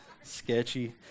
sketchy